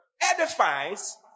edifies